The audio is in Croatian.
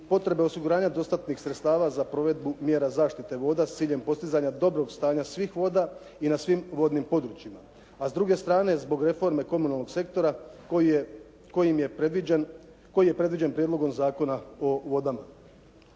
potrebe osiguranja dostatnih sredstava za provedbu mjera zaštite voda s ciljem postizanja dobrog stanja svih voda i na svim vodnim područjima, a s druge strane zbog reforme komunalnog sektora koji je predviđen Prijedlogom zakona o vodama.